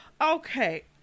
Okay